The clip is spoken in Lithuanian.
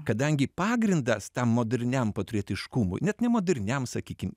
kadangi pagrindas tam moderniam patriotiškumui net nemoderniam sakykim